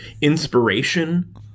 inspiration